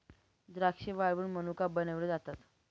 द्राक्षे वाळवुन मनुका बनविले जातात